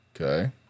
Okay